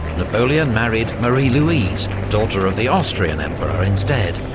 napoleon married marie louise, daughter of the austrian emperor, instead.